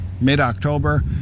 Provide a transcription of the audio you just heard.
mid-October